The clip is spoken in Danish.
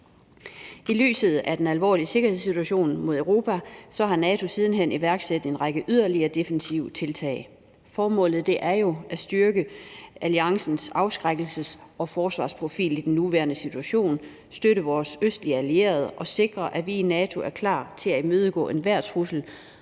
I lyset af den alvorlige sikkerhedssituation mod Europa har NATO siden hen iværksat en række yderligere defensive tiltag, og formålet er jo at styrke alliancens afskrækkelses- og forsvarsprofil i den nuværende situation, støtte vores østlige allierede og sikre, at vi i NATO er klar til at imødegå enhver trussel